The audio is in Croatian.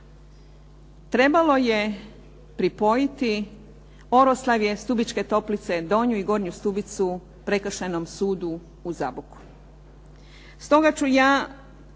trebalo je pripojiti Oroslavlje, Stubičke toplice, Donju i Gornju Stubicu Prekršajnom sudu u Zaboku.